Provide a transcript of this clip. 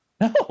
No